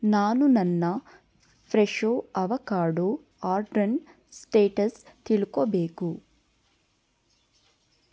ನಾನು ನನ್ನ Fresho avocado ಆರ್ಡ್ರ್ನ ಸ್ಟೇಟಸ್ ತಿಳ್ಕೋಬೇಕು